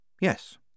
Yes